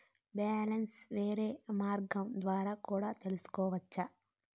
Balance వేరే మార్గం ద్వారా కూడా తెలుసుకొనొచ్చా?